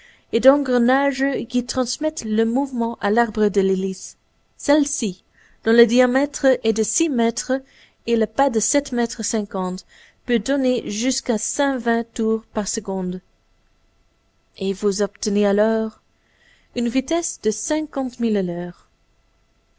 et d'engrenages qui transmettent le mouvement à l'arbre de l'hélice celle-ci dont le diamètre est de six mètres et le pas de sept mètres cinquante peut donner jusqu'à cent vingt tours par seconde et vous obtenez alors une vitesse de cinquante milles